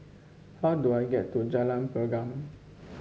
how do I get to Jalan Pergam